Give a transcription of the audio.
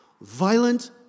Violent